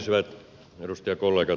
hyvät edustajakollegat